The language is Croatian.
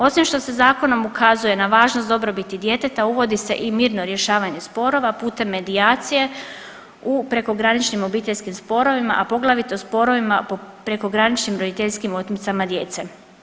Osim što se zakonom ukazuje na važnost dobrobiti djeteta uvodi se i mirno rješavanje sporova putem medijacije u prekograničnim obiteljskim sporovima, a poglavito u sporovima prekograničnim roditeljskim otmicama djece.